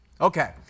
Okay